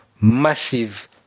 massive